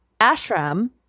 ashram